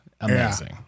Amazing